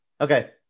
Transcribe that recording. Okay